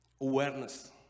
awareness